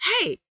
Hey